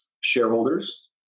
shareholders